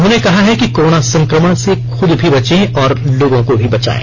उन्होंने कहा है कि कोरोना संकमण से खूद भी बचे और लोगों को भी बचाये